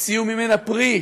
הוציאו ממנה פרי,